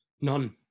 none